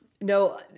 No